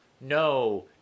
No